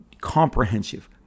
comprehensive